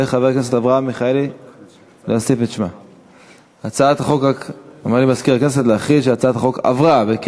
ההצעה להעביר את הצעת חוק אבחון פסיכו-דידקטי לילדים נזקקים,